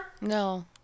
No